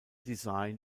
design